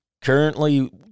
Currently